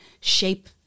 shape